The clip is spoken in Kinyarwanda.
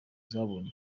zabonye